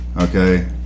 okay